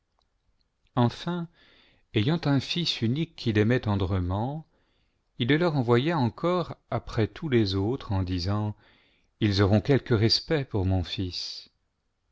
enfin ayant un fils unique qu'il aimait tendrement il le leur envoya encore apjès tous les autres en disant ils auront quelque respect poui mon fils